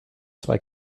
zwei